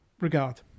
regard